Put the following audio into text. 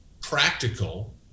practical